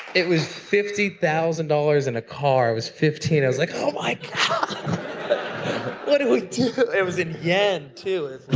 it was fifty thousand dollars and a car. i was fifteen. i was like, oh my god! ah what do we do? it was in yen too.